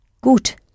Gut